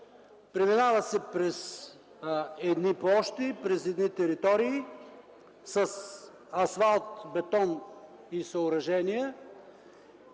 Преминава се през едни площи, през едни територии с асфалт, бетон и съоръжения.